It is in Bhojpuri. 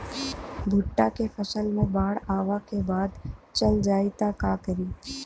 भुट्टा के फसल मे बाढ़ आवा के बाद चल जाई त का करी?